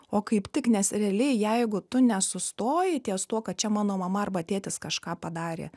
o kaip tik nes realiai jeigu tu nesustoji ties tuo kad čia mano mama arba tėtis kažką padarė